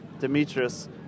Demetrius